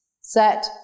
set